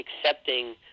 accepting